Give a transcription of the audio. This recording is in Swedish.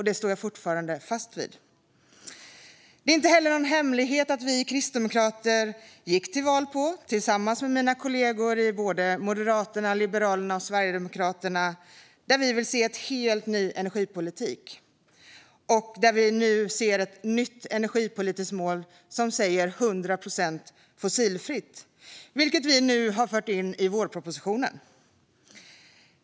Det står jag fortfarande fast vid. Det är inte heller någon hemlighet att vi kristdemokrater tillsammans med kollegorna i Moderaterna, Liberalerna och Sverigedemokraterna gick till val på att vi vill se en helt ny energipolitik med ett nytt energipolitiskt mål som säger 100 procent fossilfritt, vilket vi nu har fört in i vårpropositionen.